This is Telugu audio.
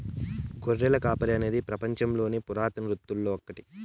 గొర్రెల కాపరి అనేది పపంచంలోని పురాతన వృత్తులలో ఒకటి